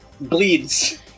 bleeds